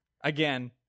again